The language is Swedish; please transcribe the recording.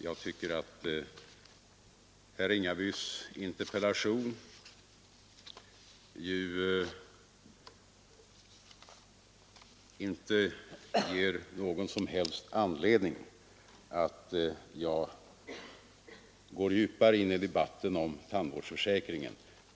Jag tycker att herr Ringabys interpellation inte ger någon anledning för mig att gå djupare in i debatten om tandvårdsförsäkringen.